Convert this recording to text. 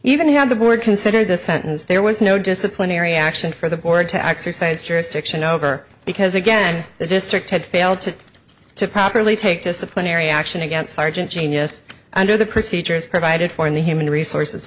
even had the board considered the sentence there was no disciplinary action for the board to exercise jurisdiction over because again the district had failed to to properly take disciplinary action against sergeant genius under the procedures provided for in the human resources